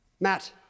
Matt